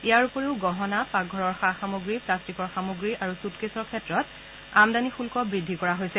ইয়াৰ উপৰিও গহণা পাকঘৰৰ সা সামগ্ৰী প্লাষ্টিকৰ সামগ্ৰী আৰু চূটকেছৰ ক্ষেত্ৰতো আমদানী শুল্ক বৃদ্ধি কৰা হৈছে